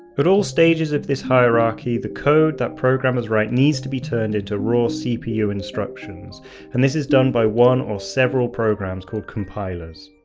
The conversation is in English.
at all stages of this hierarchy the code that programmers write needs to be turned into raw cpu instructions and this is done by one or several programs called compilers.